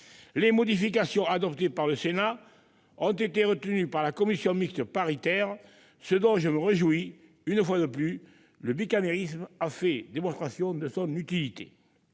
Les modifications adoptées par le Sénat ont été retenues par la commission mixte paritaire, ce dont je me réjouis. Une fois de plus, le bicamérisme a fait la démonstration de son utilité.